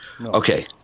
okay